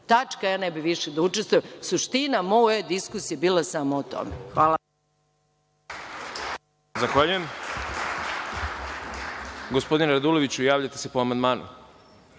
Tačka. Ja ne bih više da učestvujem. Suština moje diskusije bila je samo o tome. Hvala.